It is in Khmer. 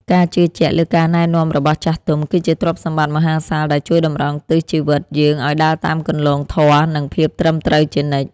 ការជឿជាក់លើការណែនាំរបស់ចាស់ទុំ គឺជាទ្រព្យសម្បត្តិមហាសាលដែលជួយតម្រង់ទិសជីវិតយើងឱ្យដើរតាមគន្លងធម៌ និងភាពត្រឹមត្រូវជានិច្ច។